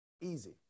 Easy